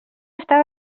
està